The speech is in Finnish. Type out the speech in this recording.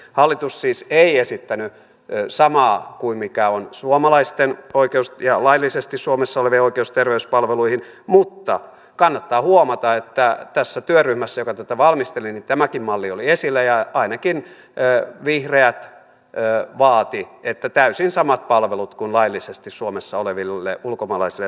hallitus siis ei esittänyt samaa kuin mikä on suomalaisten ja laillisesti suomessa olevien oikeus terveyspalveluihin mutta kannattaa huomata että työryhmässä joka tätä valmisteli tämäkin malli oli esillä ja ainakin vihreät vaativat täysin samoja palveluita kuin on laillisesti suomessa olevilla ulkomaalaisilla ja suomalaisilla